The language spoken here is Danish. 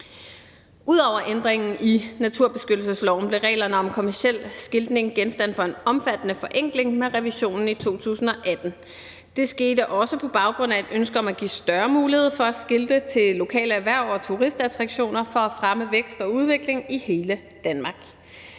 Ud over ændringen i naturbeskyttelsesloven blev reglerne om kommerciel skiltning med revisionen i 2018 genstand for en omfattende forenkling. Det skete også på baggrund af et ønske om at give større muligheder for at skilte til lokale erhverv og turistattraktioner for at fremme vækst og udvikling i hele Danmark.